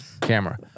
camera